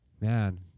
man